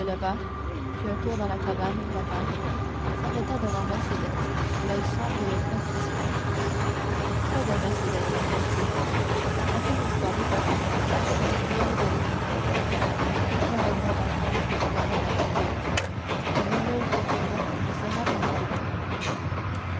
fit un tour dans la cabane et revint s'arrêta devant mercédès l'oeil sombre et les poings crispés voyons mercédès dit-il encore une fois répondez est-ce bien résolu j'aime edmond dantès dit froidement la jeune fille et nul autre qu'edmond ne sera mon époux